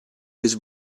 his